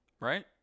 Right